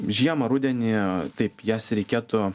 žiemą rudenį taip jas reikėtų